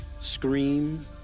Scream